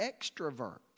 extrovert